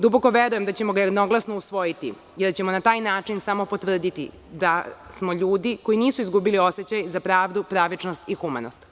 Duboko verujem da ćemo ga jednoglasno usvojiti i da ćemo na taj način samo potvrditi da smo ljudi koji nismo izgubili osećaj za pravdu, pravičnost i humanost.